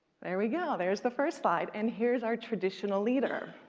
there we go. there's the first slide, and here's our traditional leader.